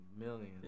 Millions